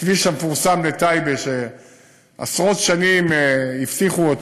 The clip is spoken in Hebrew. הכביש המפורסם בטייבה, שעשרות שנים הבטיחו,